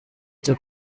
cyo